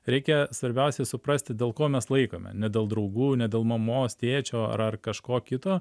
reikia svarbiausia suprasti dėl ko mes laikome ne dėl draugų ne dėl mamos tėčio ar ar kažko kito